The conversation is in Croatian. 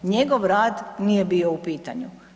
Njegov rad nije bio u pitanju.